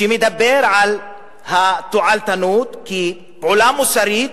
שמדבר על התועלתנות כפעולה מוסרית,